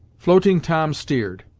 floating tom steered,